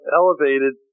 elevated